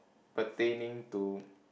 pertaining to